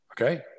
Okay